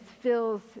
fills